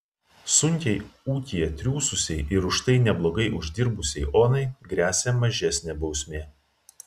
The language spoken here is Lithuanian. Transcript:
sunkiai ūkyje triūsusiai ir už tai neblogai uždirbusiai onai gresia mažesnė bausmė